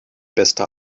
beste